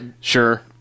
Sure